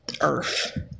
Earth